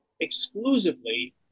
exclusively